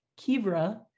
Kivra